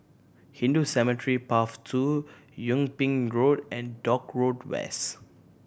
Hindu Cemetery Path Two Yung Ping Road and Dock Road West